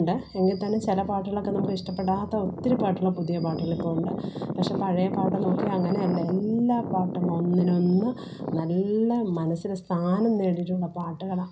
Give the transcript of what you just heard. ഉണ്ട് എങ്കിൽ തന്നെ ചില പാട്ടുകളൊക്കെ നമുക്ക് ഇഷ്ടപ്പെടാത്ത ഒത്തിരി പാട്ടുകൾ പുതിയ പാട്ടുകൾ ഇപ്പോൾ ഉണ്ട് പക്ഷേ പഴയ പാട്ട് നോക്കിയാൽ അങ്ങനെയല്ല എല്ലാ പാട്ടും ഒന്നിനൊന്ന് നല്ലത് മനസ്സിൽ സ്ഥാനം നേടിയിട്ടുള്ള പാട്ടുകളാണ്